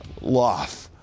loft